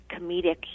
comedic